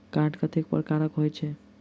Card कतेक प्रकारक होइत छैक?